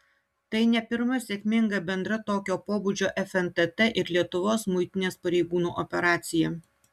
tai ne pirma sėkminga bendra tokio pobūdžio fntt ir lietuvos muitinės pareigūnų operacija